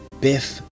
Biff